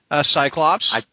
Cyclops